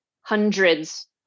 hundreds